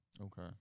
Okay